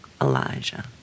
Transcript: Elijah